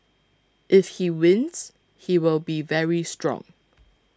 if he wins he will be very strong